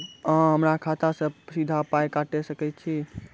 अहॉ हमरा खाता सअ सीधा पाय काटि सकैत छी?